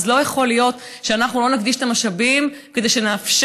אז לא יכול להיות שאנחנו לא נקדיש את המשאבים כדי שנאפשר